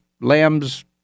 lambs